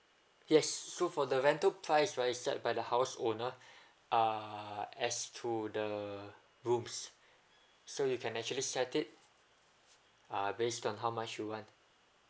yes so for the rental price right is set by the house owner err as to the rooms so you can actually set it uh based on how much you want